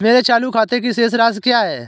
मेरे चालू खाते की शेष राशि क्या है?